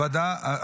לוועדת כספים.